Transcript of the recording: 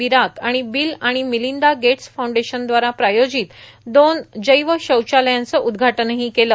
बिराक आणि बील आणि Melinda Gates फाउंडेशनद्वारा प्रायोजित दोन जैव शौचालयांचं उद्घाटनही केलं